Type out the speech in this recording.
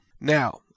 Now